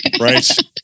Right